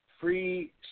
free